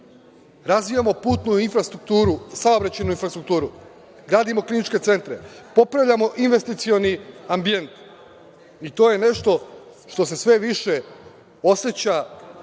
razvijamo putnu infrastrukturu, saobraćajnu infrastrukturu, gradimo kliničke centre, popravljamo investicioni ambijent. To je nešto što se sve više oseća